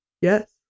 yes